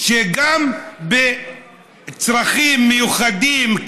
בצרכים מיוחדים,